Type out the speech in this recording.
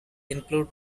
include